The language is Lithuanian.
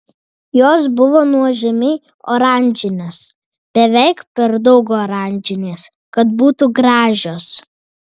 jos buvo nuožmiai oranžinės beveik per daug oranžinės kad būtų gražios